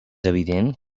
evident